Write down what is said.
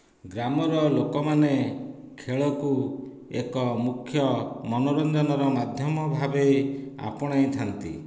ଗ୍ରାମର ଲୋକମାନେ ଖେଳକୁ ଏକ ମୁଖ୍ୟ ମନୋରଞ୍ଜନର ମାଧ୍ୟମ ଭାବେ ଆପଣାଇ ଥାନ୍ତି